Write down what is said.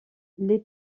les